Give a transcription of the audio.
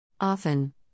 Often